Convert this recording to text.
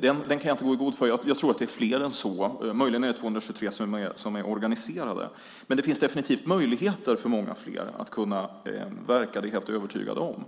nämnde kan jag inte gå i god för. Jag tror att det är fler än så. Möjligen är det 223 som är organiserade. Men det finns definitivt möjligheter för många fler att kunna verka. Det är jag helt övertygad om.